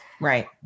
Right